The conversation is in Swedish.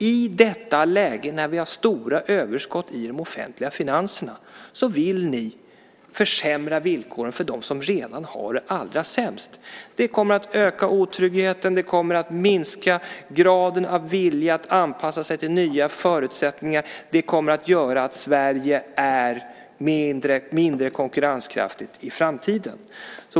I detta läge med stora överskott i de offentliga finanserna vill ni försämra villkoren för dem som redan har det allra sämst. Det kommer att öka otryggheten. Det kommer att minska graden av vilja att anpassa sig till nya förutsättningar. Det kommer att göra att Sverige i framtiden är mindre konkurrenskraftigt.